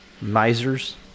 misers